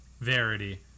Verity